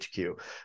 HQ